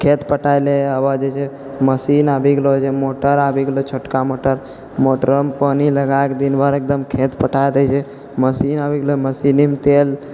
खेत पटावैला आब जे छै मशीन आबि गेलौ जे मोटर आबि गेलौ छोटका मोटर मोटरोमे पानि लगायके दिन भरि एकदम खेत पटै दै छै मशीन आबि गेलौ मशीनमे तेल